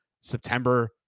September